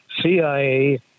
CIA